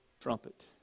trumpet